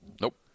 Nope